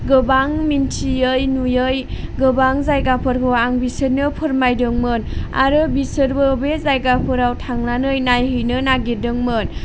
गोबां मिन्थियै नुयै गोबां जायगाफोरखौ आं बिसोरनो फोरमायदोंमोन आरो बिसोरबो बे जायगाफोराव थांनानै नायहैनो नागिरदोंमोन